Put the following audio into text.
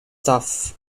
tough